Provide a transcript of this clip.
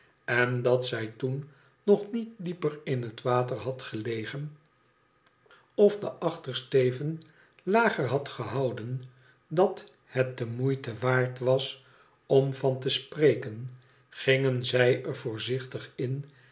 en dat zij toen nog niet dieper in het water had gelegen of den achtersteven lager had gehouden dat het de moeite waard was om van te spreken gingen zij er voorzichtig in